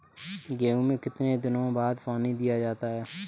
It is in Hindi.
गेहूँ में कितने दिनों बाद पानी दिया जाता है?